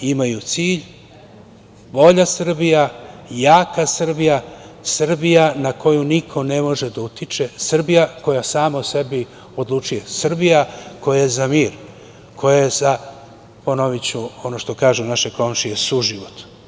Imaju cilj – bolja Srbija, jaka Srbija, Srbija na koju niko ne može da utiče, Srbija koja sama o sebi odlučuje, Srbija koja je za mir, koja je za, ponoviću ono što kažu naše komšije, suživot.